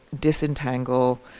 disentangle